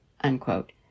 unquote